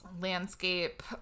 landscape